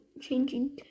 changing